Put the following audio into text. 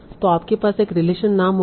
तो आपके पास एक रिलेशन नाम होगा